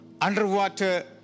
underwater